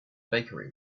bakery